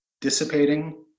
dissipating